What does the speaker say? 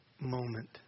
moment